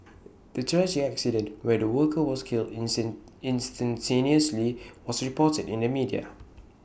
the tragic accident where the worker was killed instantaneously was reported in the media